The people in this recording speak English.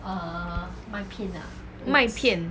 麦片